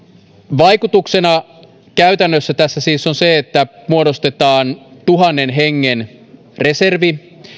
vaikutuksena käytännössä tässä siis on se että muodostetaan tuhannen hengen reservi